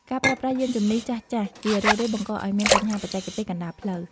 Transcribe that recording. ការប្រើប្រាស់យានជំនិះចាស់ៗ ជារឿយៗបង្កឱ្យមានបញ្ហាបច្ចេកទេសកណ្ដាលផ្លូវ។